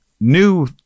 new